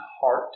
heart